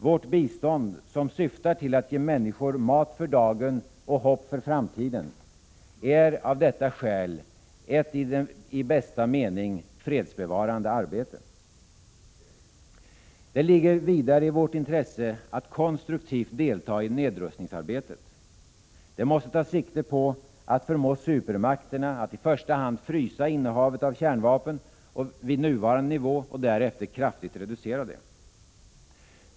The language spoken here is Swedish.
Vårt bistånd, som syftar till att ge människor mat för dagen och hopp om framtiden, är av detta skäl ett i bästa mening fredsbevarande arbete. Det ligger vidare i vårt intresse att konstruktivt delta i nedrustningsarbetet. Det måste ta sikte på att förmå supermakterna att i första hand frysa innehavet av kärnvapen vid nuvarande nivå och därefter kraftigt reducera det.